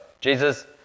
Jesus